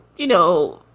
you know,